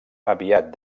aviat